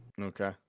Okay